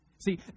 See